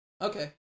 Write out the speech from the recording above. Okay